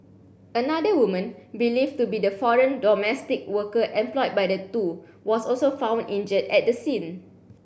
another woman believed to be the foreign domestic worker employed by the two was also found injured at the scene